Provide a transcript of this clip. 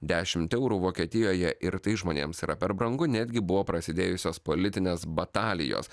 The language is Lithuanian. dešimt eurų vokietijoje ir tai žmonėms yra per brangu netgi buvo prasidėjusios politinės batalijos